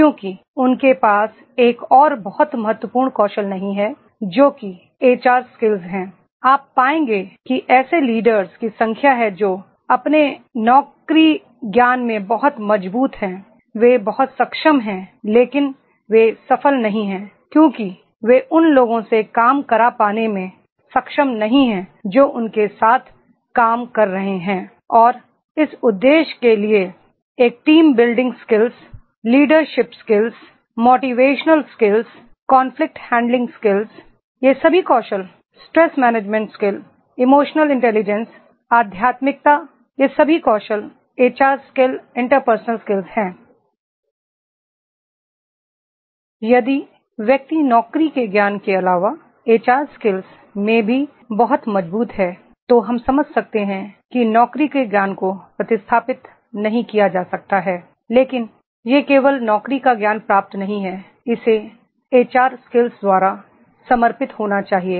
क्योंकि उनके पास एक और बहुत महत्वपूर्ण कौशल नहीं है जो कि एचआर स्किल्स है आप पाएंगे कि ऐसे लीडर्स की संख्या है जो अपने नौकरी ज्ञान में बहुत मजबूत हैं वे बहुत सक्षम हैं लेकिन वे सफल नहीं हैं क्योंकि वे उन लोगों से काम करा पाने में सक्षम नहीं हैं जो उनके साथ काम कर रहे हैं और इस उद्देश्य के लिए एक team building skills leadership skills motivational skills conflict handling skills ये सभी कौशल stress management skills emotional intelligence आध्यात्मिकता ये सभी कौशल एचआर स्किल्सइंटरपर्सनल स्किल्स हैं यदि व्यक्ति नौकरी के ज्ञान के अलावा एचआर स्किल्स में भी बहुत मजबूत है तो हम समझ सकते हैं कि नौकरी के ज्ञान को प्रतिस्थापित नहीं किया जा सकता है लेकिन यह केवल नौकरी का ज्ञान पर्याप्त नहीं है इसे एचआर स्किल्स द्वारा समर्थित होना चाहिए